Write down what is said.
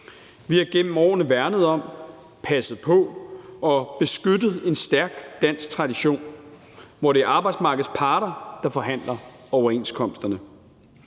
Vi har igennem årene værnet om, passet på og beskyttet en stærk dansk tradition, hvor det er arbejdsmarkedets parter, der forhandler overenskomsterne.